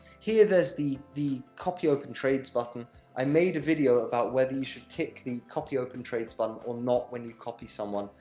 here, there's the the copy open trades button i made a video about whether you should tick the copy open trades button or not, when you copy someone.